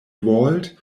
walled